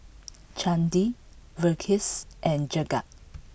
Chandi Verghese and Jagat